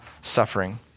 suffering